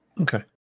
Okay